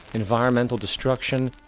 environmental destruction,